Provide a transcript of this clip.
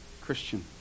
Christian